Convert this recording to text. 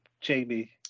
Jamie